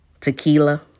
tequila